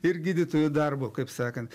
ir gydytojų darbu kaip sakant